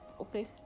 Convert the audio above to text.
Okay